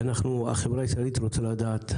ואנחנו החברה הישראלית רוצה לדעת,